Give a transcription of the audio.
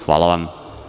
Hvala vam.